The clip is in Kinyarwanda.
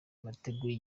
bateguye